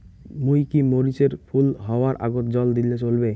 মুই কি মরিচ এর ফুল হাওয়ার আগত জল দিলে চলবে?